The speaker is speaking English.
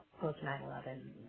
post-9-11